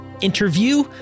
interview